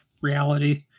reality